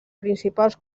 principals